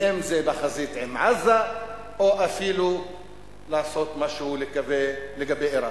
ואם זה בחזית עם עזה או אפילו לעשות משהו לגבי אירן.